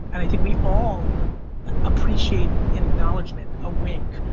and i think we all appreciate an acknowledgment, a wink,